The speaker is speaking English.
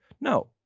No